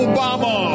Obama